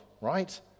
right